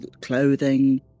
clothing